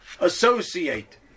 associate